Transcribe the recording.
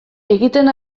egiten